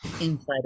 inside